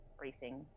racing